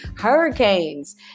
hurricanes